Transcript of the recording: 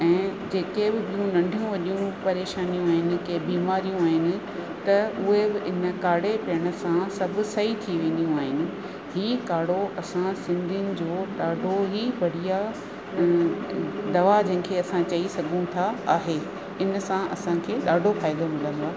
ऐं जेके बि नंढियूं वॾियूं परेशानियूं आहिनि कंहिं बीमारियूं आहिनि त उहे इन काड़े पीअण सां सभु सही थी वेंदियूं आहिनि हीउ काड़ो असां सिंधियुनि जो ॾाढो ई बढ़िया दवा जंहिंखे असां चई सघूं था आहे इन सां असांखे ॾाढो फ़ाइदो मिलंदो आहे